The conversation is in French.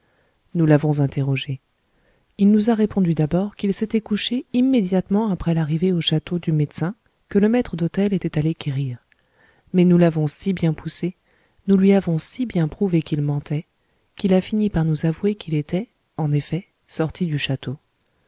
nous l'avons interrogé il nous a répondu d'abord qu'il s'était couché immédiatement après l'arrivée au château du médecin que le maître d'hôtel était allé quérir mais nous l'avons si bien poussé nous lui avons si bien prouvé qu'il mentait qu'il a fini par nous avouer qu'il était en effet sorti du château